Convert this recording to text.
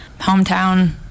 Hometown